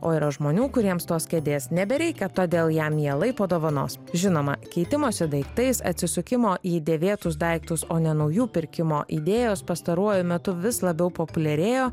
o yra žmonių kuriems tos kėdės nebereikia todėl ją mielai padovanos žinoma keitimosi daiktais atsisukimo į dėvėtus daiktus o ne naujų pirkimo idėjos pastaruoju metu vis labiau populiarėjo